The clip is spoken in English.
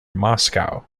moscow